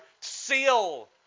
seal